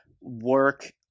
work